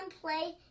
play